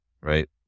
Right